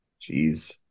Jeez